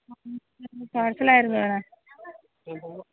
parcel ആയിരുന്നു വേണം